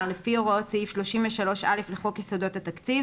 לפי הוראות סעיף 33 לחוק יסודות התקציב